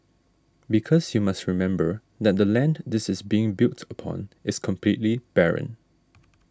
because you must remember that the land this is being built upon is completely barren